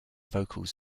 vocals